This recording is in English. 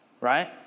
right